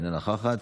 אינה נוכחת,